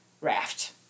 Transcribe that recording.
raft